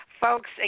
Folks